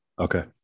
Okay